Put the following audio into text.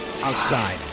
outside